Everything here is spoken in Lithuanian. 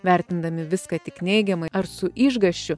vertindami viską tik neigiamai ar su išgąsčiu